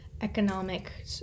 economic